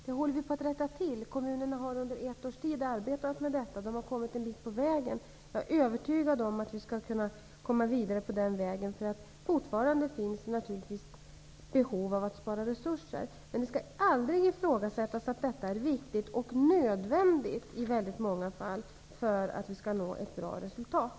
Vi håller på att rätta till det. Kommunerna har under ett års tid arbetat med detta. De har kommit en bit på väg. Jag är övertygad om att vi kan komma vidare på den vägen. Det finns naturligtvis fortfarande behov av att spara resurser. Det skall aldrig ifrågasättas att detta är viktigt och nödvändigt i väldigt många fall för att vi skall nå ett bra resultat.